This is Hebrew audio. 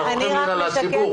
אני רק משקפת.